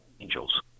angels